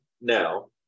now